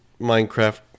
Minecraft